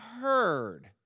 heard